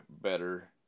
better